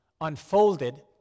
unfolded